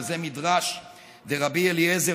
וזה מדרש דרבי אליעזר,